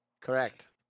Correct